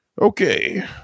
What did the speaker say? Okay